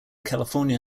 california